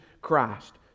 Christ